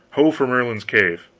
ho for merlin's cave!